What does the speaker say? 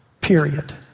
period